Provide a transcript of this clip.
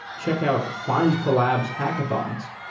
checkout findcollabs hackathons.